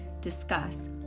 discuss